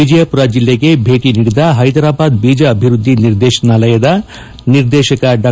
ವಿಜಯಪುರ ಜಿಲ್ಲೆಗೆ ಭೇಟಿ ನೀಡಿದ ಹೈದರಾಬಾದ್ ಬೀಜ ಅಭಿವೃದ್ದಿ ನಿರ್ದೇಶನಾಲಯದ ನಿರ್ದೇಶಕ ಡಾ